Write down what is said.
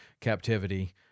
captivity